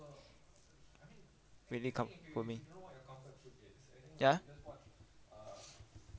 really comfort me ya